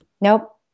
Nope